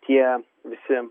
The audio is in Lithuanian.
tie visi